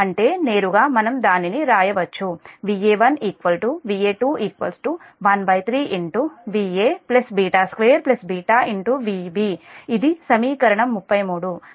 అంటే నేరుగా మనం దానిని వ్రాయవచ్చు Va1 Va2 13 Va β2 β Vb ఇది సమీకరణం 33